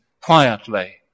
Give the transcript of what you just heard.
quietly